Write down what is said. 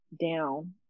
down